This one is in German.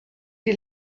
die